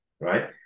right